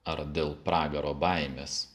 ar dėl pragaro baimės